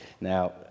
now